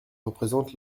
représente